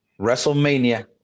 WrestleMania